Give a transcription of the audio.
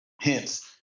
Hence